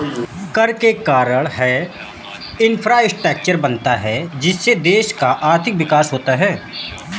कर के कारण है इंफ्रास्ट्रक्चर बनता है जिससे देश का आर्थिक विकास होता है